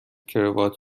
کراوات